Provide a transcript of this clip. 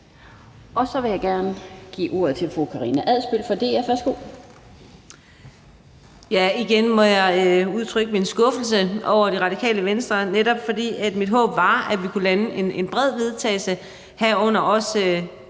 Adsbøl fra DF. Værsgo. Kl. 20:04 Karina Adsbøl (DF): Igen må jeg udtrykke min skuffelse over Det Radikale Venstre, netop fordi mit håb var, at vi kunne lande en bred vedtagelse, og